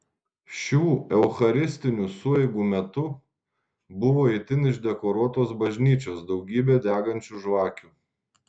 šių eucharistinių sueigų metu buvo itin išdekoruotos bažnyčios daugybė degančių žvakių